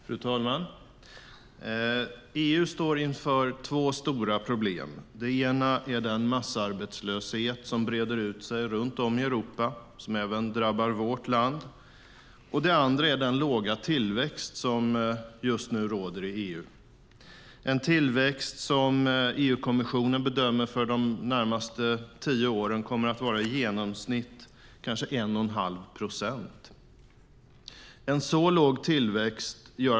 Fru talman! EU står inför två stora problem. Det ena är den massarbetslöshet som breder ut sig runt om i Europa som även drabbar vårt land. Det andra är den låga tillväxt som just nu råder i EU. Det är en tillväxt som EU-kommissionen bedömer vara för de närmaste åren i genomsnitt kanske 1 1⁄2 procent.